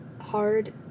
hard